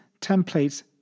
templates